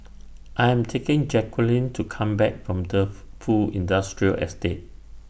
I Am taking Jacquelynn to Come Back from De Fu Industrial Estate